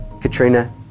Katrina